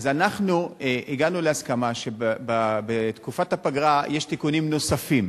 אז אנחנו הגענו להסכמה: בתקופת הפגרה יש תיקונים נוספים.